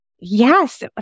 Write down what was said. Yes